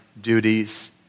duties